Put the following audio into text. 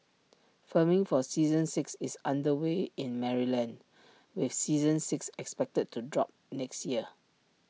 filming for season six is under way in Maryland with seasons six expected to drop next year